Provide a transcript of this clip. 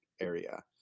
area